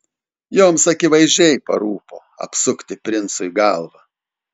joms akivaizdžiai parūpo apsukti princui galvą